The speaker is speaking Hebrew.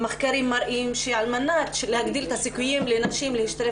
מחקרים מראים שעל מנת להגדיל את הסיכויים של נשים להשתלב